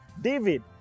David